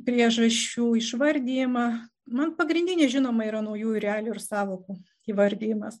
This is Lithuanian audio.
priežasčių išvardijimą man pagrindinė žinoma yra naujų realijų ir sąvokų įvardijimas